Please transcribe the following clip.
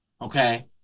okay